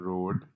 Road